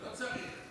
לא צריך,